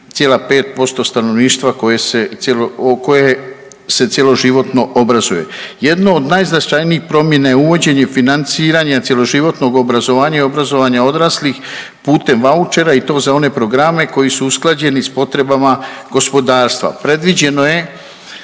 3,5% stanovništva koje se cjeloživotno obrazuje. Jedno od najznačajnijih promjena je uvođenje financiranja cjeloživotnog obrazovanja i obrazovanja odraslih putem vaučera i to za one programe koji su usklađeni s potrebama gospodarstva. Predviđeno je